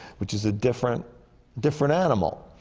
which is a different different animal.